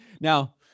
Now